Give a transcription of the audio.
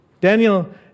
Daniel